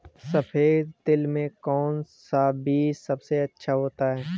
सफेद तिल में कौन सा बीज सबसे अच्छा होता है?